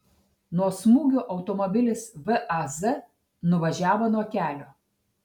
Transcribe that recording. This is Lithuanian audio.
nuo smūgio automobilis vaz nuvažiavo nuo kelio